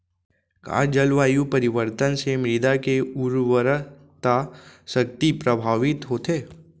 का जलवायु परिवर्तन से मृदा के उर्वरकता शक्ति प्रभावित होथे?